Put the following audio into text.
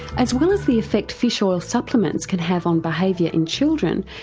as well as the effect fish oil supplements can have on behaviour in children,